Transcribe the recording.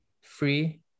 free